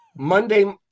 Monday